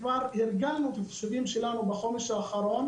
כבר ארגנו את החישובים שלנו בחומש האחרון,